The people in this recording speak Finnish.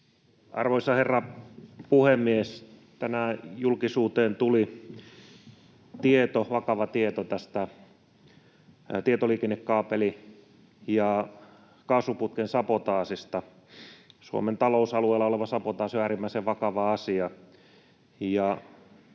Arvoisa herra puhemies! Tänään julkisuuteen tuli vakava tieto tästä tietoliikennekaapelin ja kaasuputken sabotaasista. Suomen talousalueella oleva sabotaasi on äärimmäisen vakava asia,